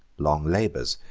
long labors,